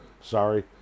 Sorry